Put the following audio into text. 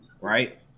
right